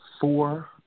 four